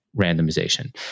randomization